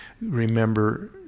remember